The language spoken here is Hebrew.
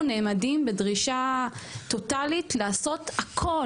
נעמדים בדרישה טוטאלית לעשות הכול,